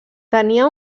tenia